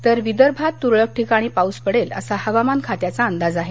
तर विदर्भात तुरळक ठिकाणी पाऊस पडेल असा हवामान खात्याचा अंदाज आहे